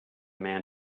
man